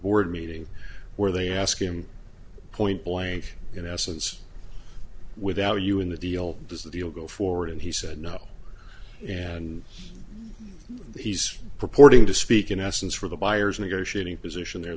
board meeting where they ask him point blank in essence without you in the deal does the deal go forward and he said no and he's purporting to speak in essence for the buyer's negotiating position there